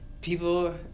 people